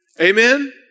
Amen